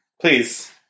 Please